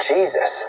Jesus